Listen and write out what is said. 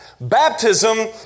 baptism